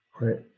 right